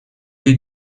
lee